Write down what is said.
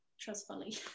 Trustfully